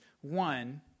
one